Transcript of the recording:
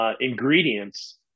ingredients